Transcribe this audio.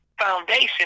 foundation